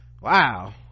wow